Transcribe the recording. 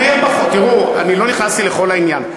תראו, אני לא נכנסתי לכל העניין.